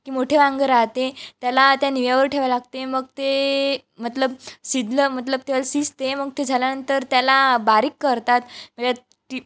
की मोठे वांगं राहते त्याला त्या निव्यावर ठेवा लागते मग ते मतलब शिजलं मतलब ते शिजते मग ते झाल्यानंतर त्याला बारीक करतात यत ती